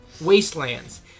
Wastelands